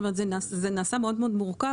כלומר, זה נעשה מאוד מאוד מורכב.